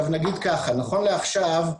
נכון לעכשיו,